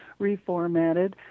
reformatted